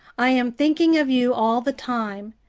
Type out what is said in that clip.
i am thinking of you all the time.